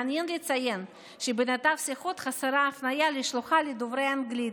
מעניין לציין שבנתב השיחות חסרה ההפניה לשלוחה לדובר אנגלית,